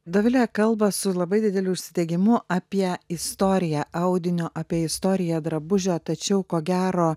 dovilė kalba su labai dideliu užsidegimu apie istoriją audinio apie istoriją drabužio tačiau ko gero